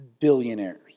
billionaires